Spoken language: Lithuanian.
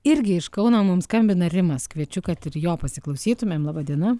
irgi iš kauno mums skambina rimas kviečiu kad ir jo pasiklausytumėm laba diena